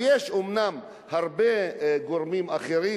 יש אומנם הרבה גורמים אחרים,